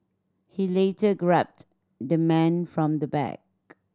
he later grabbed the man from the back